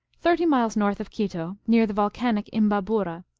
thirty miles north of quito, near the volcanic imbabura,